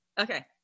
Okay